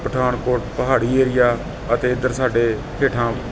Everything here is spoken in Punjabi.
ਪਠਾਨਕੋਟ ਪਹਾੜੀ ਏਰੀਆ ਅਤੇ ਇੱਧਰ ਸਾਡੇ ਹੇਠਾਂ